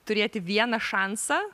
turėti vieną šansą